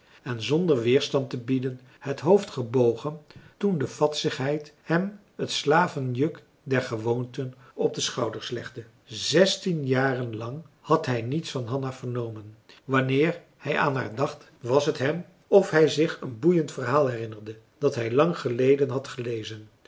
en zonder weerstand te bieden het hoofd gebogen toen de vadsigheid hem het slavenjuk der gewoonten op de schouders legde zestien jaren lang had hij niets van hanna vernomen wanneer hij aan haar dacht was t hem of hij zich een marcellus emants een drietal novellen boeiend verhaal herinnerde dat hij lang geleden had gelezen